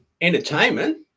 entertainment